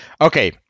Okay